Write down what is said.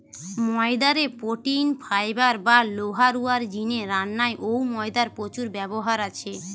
ময়দা রে protein, fibre বা লোহা রুয়ার জিনে রান্নায় অউ ময়দার প্রচুর ব্যবহার আছে